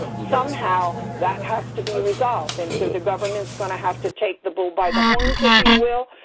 somehow that has to be resolved. and so, the government is going to have to take the bull by the horns, if you will,